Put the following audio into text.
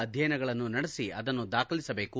ಅಧ್ಯಯನಗಳನ್ನು ನಡೆಸ ಅದನ್ನು ದಾಖಲಿಸಬೇಕು